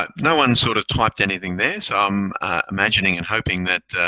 but no one sort of typed anything there, so i'm imagining and hoping that,